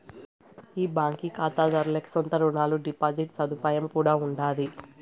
ఈ బాంకీ కాతాదార్లకి సొంత రునాలు, డిపాజిట్ సదుపాయం కూడా ఉండాది